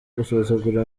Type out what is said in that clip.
gusuzugura